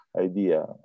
idea